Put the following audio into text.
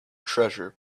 treasure